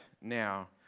now